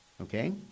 Okay